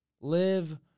Live